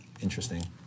interesting